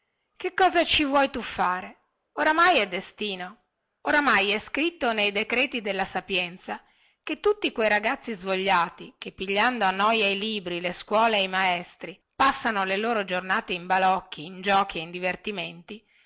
che cosa ci vuoi tu fare oramai è destino oramai è scritto nei decreti della sapienza che tutti quei ragazzi svogliati che pigliando a noia i libri le scuole e i maestri passano le loro giornate in balocchi in giochi e in divertimenti